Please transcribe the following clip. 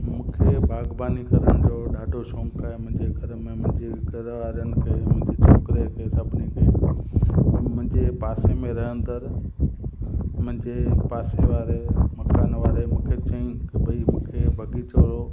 मूंखे बाग़बानी करण जो ॾाढो शौक़ु आहे मुंहिंजे घर में मुंहिंजे घरवारनि खे मुंहिंजे छोकिरे खे सभिनी खे पोइ मुंहिंजे पासे मं रहंदड़ मुंहिंजे पासे वारे मकान वारे मूंखे चयईं की भई मूंखे बाग़ीचो